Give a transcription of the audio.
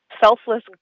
selfless